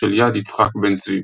של יד יצחק בן-צבי.